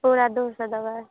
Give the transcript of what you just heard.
पुरा दू सए देबै